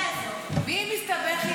צבא הגנה לישראל צריך חיילים נוספים,